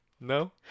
No